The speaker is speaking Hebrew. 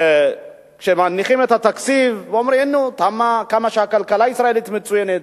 כשמניחים את התקציב ואומרים: כמה שהכלכלה הישראלית מצוינת,